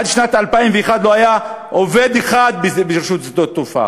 עד שנת 2001 לא היה עובד אחד ברשת שדות התעופה,